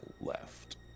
left